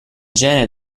genere